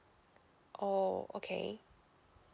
oh okay